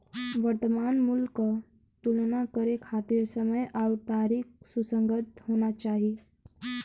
वर्तमान मूल्य क तुलना करे खातिर समय आउर तारीख सुसंगत होना चाही